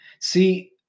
See